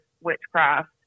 witchcraft